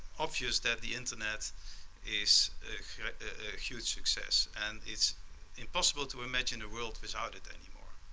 obvious that the internet is a huge success and it's impossible to imagine a world without it anymore.